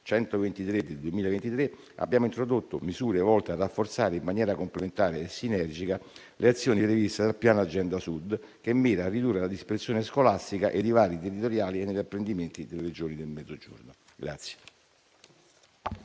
123 del 2023 abbiamo introdotto misure volte a rafforzare in maniera complementare e sinergica le azioni previste dal Piano Agenda Sud, che mira a ridurre la dispersione scolastica e i divari territoriali negli apprendimenti nelle Regioni del Mezzogiorno.